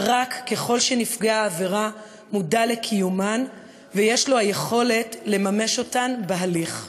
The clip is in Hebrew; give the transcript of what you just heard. רק ככל שנפגע העבירה מודע לקיומן ויש לו יכולת לממש אותן בהליך.